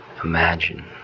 Imagine